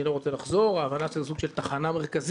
אני לא רוצה לחזור ההבנה שזה סוג של תחנה מרכזית.